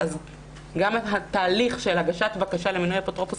אז גם התהליך של הגשת בקשה למינוי אפוטרופוס